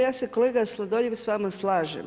Ja se kolega Sladoljev s vama slažem.